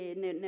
ne